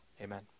Amen